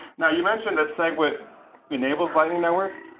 yeah you mentioned that segwit enables lightning network.